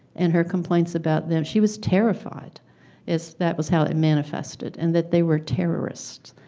and her complaints about them she was terrified is that was how it manifested. and that they were terrorists.